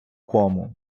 кому